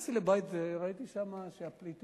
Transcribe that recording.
נכנסתי לבית שבו שוהים